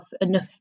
enough